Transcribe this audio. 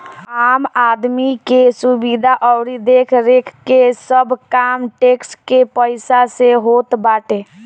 आम आदमी के सुविधा अउरी देखरेख के सब काम टेक्स के पईसा से होत बाटे